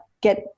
get